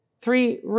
Three